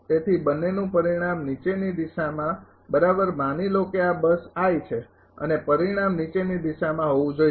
તેથી બંનેનું પરિણામ નીચેની દિશામાં બરાબર માની લો કે આ બસ છે અને પરિણામ નીચેની દિશામાં હોવું જોઈએ